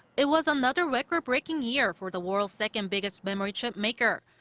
it was another record breaking year for the world's second-biggest memory chip maker.